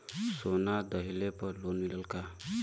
सोना दहिले पर लोन मिलल का?